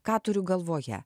ką turiu galvoje